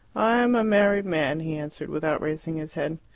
i am a married man, he answered, without raising his head.